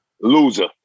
Loser